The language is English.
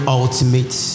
ultimate